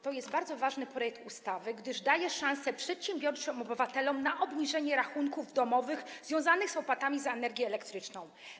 To jest bardzo ważny projekt ustawy, gdyż daje szansę przedsiębiorczym obywatelom na obniżenie rachunków domowych związanych z opłatami za energię elektryczną.